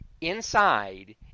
Inside